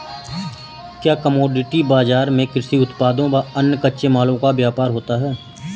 क्या कमोडिटी बाजार में कृषि उत्पादों व अन्य कच्चे मालों का व्यापार होता है?